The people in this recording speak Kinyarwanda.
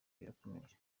rirakomeje